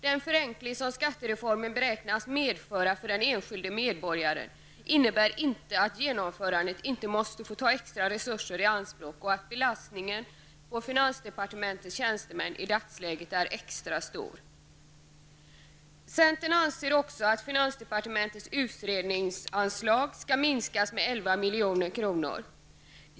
Den förenkling som skattereformen beräknas medföra för den enskilde medborgaren innebär inte att genomförandet inte måste få ta extra resurser i anspråk. Belastningen på finansdepartementets tjänstemän är dessutom i dagsläget extra stor. Centern anser också att finansdepartementets utredningsanslag skall minskas med 11 milj.kr.